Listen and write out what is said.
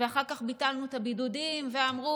ואחר כך ביטלנו את הבידודים ואמרו